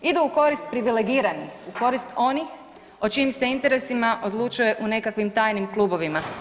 Idu u korist privilegiranih, u korist onih o čijim se interesima odlučuje u nekakvim tajnim klubovima.